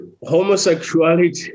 homosexuality